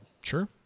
Sure